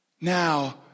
now